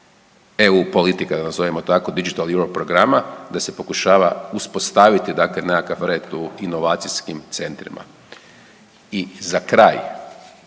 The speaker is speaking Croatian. eu politika Digital Europe programa da se pokušava uspostaviti nekakav red u inovacijskim centrima. I za kraj